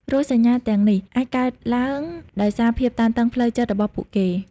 រោគសញ្ញាទាំងនេះ អាចកើតឡើងដោយសារភាពតានតឹងផ្លូវចិត្តរបស់ពួកគេ។